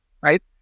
right